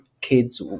kids